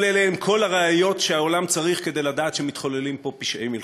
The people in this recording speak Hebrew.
כל אלה הם כל הראיות שהעולם צריך כדי לדעת שמתחוללים פה פשעי מלחמה.